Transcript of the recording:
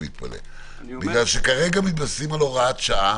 כי כרגע מתבססים על הוראת שעה,